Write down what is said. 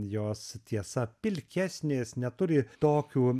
jos tiesa pilkesnės neturi tokių